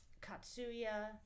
katsuya